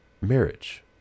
marriage